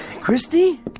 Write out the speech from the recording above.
Christy